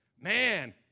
man